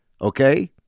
Okay